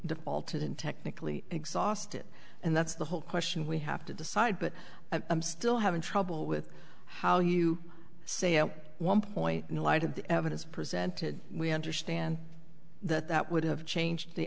defaulted and technically exhausted and that's the whole question we have to decide but i'm still having trouble with how you say at one point in light of the evidence presented we understand that that would have changed the